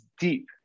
deep